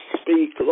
speak